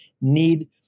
need